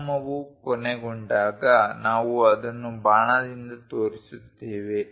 ಆಯಾಮವು ಕೊನೆಗೊಂಡಾಗ ನಾವು ಅದನ್ನು ಬಾಣದಿಂದ ತೋರಿಸುತ್ತೇವೆ